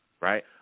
right